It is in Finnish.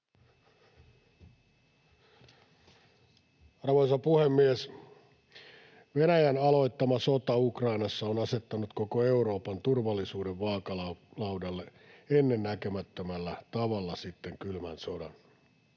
Arvoisa puhemies! Venäjän aloittama sota Ukrainassa on asettanut koko Euroopan turvallisuuden vaakalaudalle ennennäkemättömällä tavalla sitten kylmän sodan.